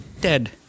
dead